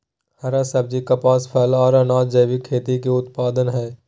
हरा सब्जी, कपास, फल, आर अनाज़ जैविक खेती के उत्पाद हय